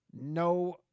No